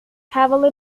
heavily